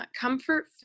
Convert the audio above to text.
comfort